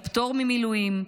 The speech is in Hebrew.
מאריכים את גיל הפטור ממילואים.